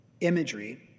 Imagery